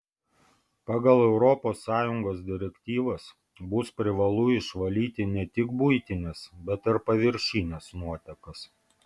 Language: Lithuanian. pagal europos sąjungos direktyvas bus privalu išvalyti ne tik buitines bet ir paviršines nuotekas